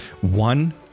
One